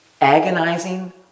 Agonizing